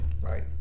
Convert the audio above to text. Right